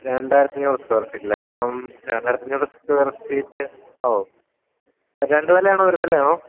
രണ്ടായിരത്തിയഞ്ഞൂറ് square feet അല്ലെ അപ്പം രണ്ടായിരത്തിയഞ്ഞൂറ് സ്ക്വയർ ഫീറ്റ് ഓഹ് രണ്ട് നിലയാണോ ഒരു നിലയാണോ